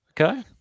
Okay